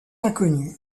inconnue